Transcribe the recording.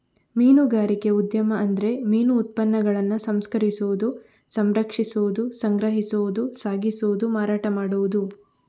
ಮೀನುಗಾರಿಕೆ ಉದ್ಯಮ ಅಂದ್ರೆ ಮೀನು ಉತ್ಪನ್ನಗಳನ್ನ ಸಂಸ್ಕರಿಸುದು, ಸಂರಕ್ಷಿಸುದು, ಸಂಗ್ರಹಿಸುದು, ಸಾಗಿಸುದು, ಮಾರಾಟ ಮಾಡುದು